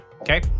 okay